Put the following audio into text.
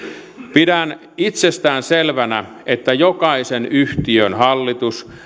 pidän itsestään selvänä että jokaisen yhtiön hallitus